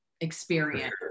experience